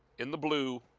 in the blue,